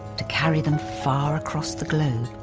to carry them far across the globe.